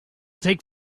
take